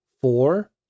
Four